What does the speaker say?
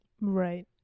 Right